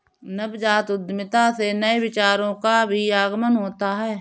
नवजात उद्यमिता से नए विचारों का भी आगमन होता है